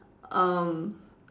um